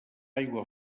aigua